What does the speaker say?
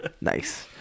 Nice